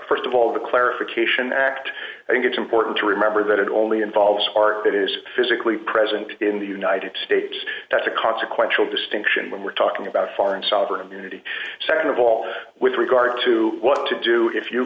of st of all the clarification act i think it's important to remember that it only involves a heart that is physically present in the united states that's a consequential distinction when we're talking about foreign sovereign immunity nd of all with regard to what to do if you